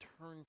turn